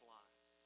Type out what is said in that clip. life